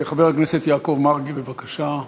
חבר הכנסת יעקב מרגי, בבקשה.